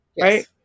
right